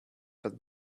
but